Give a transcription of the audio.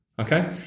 Okay